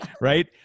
right